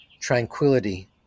tranquility